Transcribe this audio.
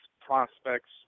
prospects